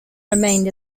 remained